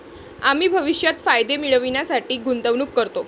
आम्ही भविष्यात फायदे मिळविण्यासाठी गुंतवणूक करतो